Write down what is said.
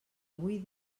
avui